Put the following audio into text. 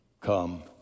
come